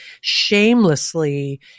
shamelessly